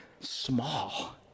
small